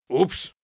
Oops